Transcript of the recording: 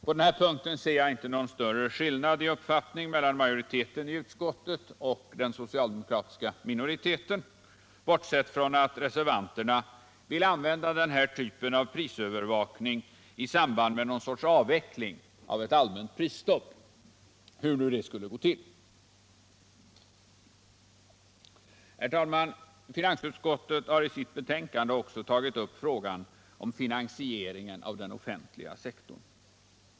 På den här punkten ser jag inte någon större skillnad i uppfattning mellan majoriteten i utskottet och den socialdemokratiska minoriteten, bortsett från att reservanterna vill använda den här typen av prisövervakning i samband med någon sorts avveckling av ett allmänt prisstopp — hur nu det skulle gå till! Herr talman! Finansutskottet har i sitt betänkande också tagit upp frågan om finansieringen av den offentliga sektorn.